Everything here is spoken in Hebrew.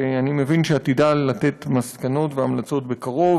שאני מבין שעתידה לתת מסקנות והמלצות בקרוב.